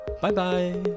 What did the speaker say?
Bye-bye